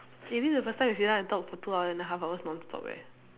eh this is the first time we sit down and talk for two and a half hour non-stop eh